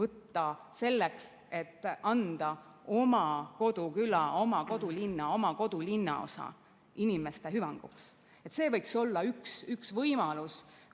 võtta selleks, et anda [panus] oma koduküla, oma kodulinna, oma kodulinnaosa inimeste hüvanguks. See võiks olla üks võimalus